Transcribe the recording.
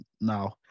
Now